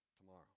tomorrow